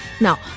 Now